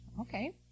Okay